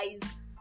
guys